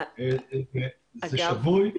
זה שגוי.